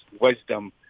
wisdom